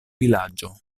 vilaĝo